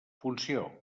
funció